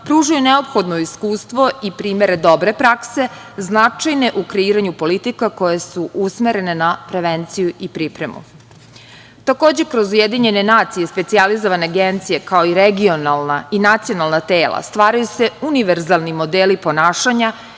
pružaju neophodno iskustvo i primere dobre prakse, značajne u kreiranju politika koje su usmerene na prevenciju i pripremu. Takođe, kroz UN i specijalizovane agencije, kao i regionalna i nacionalna tela, stvaraju se univerzalni modeli ponašanja